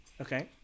Okay